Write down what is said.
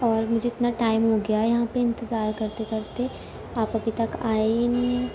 اور مجھے اتنا ٹائم ہو گیا ہے یہاں پہ انتظار کرتے کرتے آپ ابھی تک آئے ہی نہیں ہیں